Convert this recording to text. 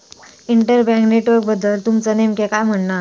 inter bank नेटवर्कबद्दल तुमचा नेमक्या काय म्हणना आसा